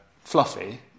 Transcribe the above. fluffy